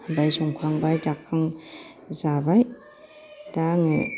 ओमफ्राय संखांबाय जाबाय दा आङो